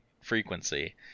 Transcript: frequency